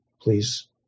please